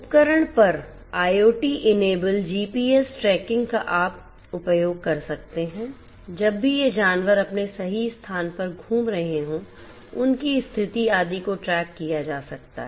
उपकरण पर IoT enable GPS tracking का आप उपयोग कर सकते हैं जब भी ये जानवर अपने सही स्थान पर घूम रहे हों उनकी स्थिति आदि को ट्रैक किया जा सकता है